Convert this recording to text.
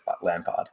Lampard